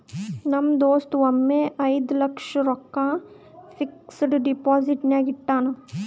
ನಮ್ ದೋಸ್ತ ಒಮ್ಮೆ ಐಯ್ದ ಲಕ್ಷ ರೊಕ್ಕಾ ಫಿಕ್ಸಡ್ ಡೆಪೋಸಿಟ್ನಾಗ್ ಇಟ್ಟಾನ್